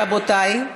רבותי,